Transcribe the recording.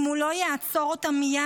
אם הוא לא יעצור אותו מייד,